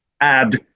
add